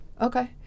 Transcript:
okay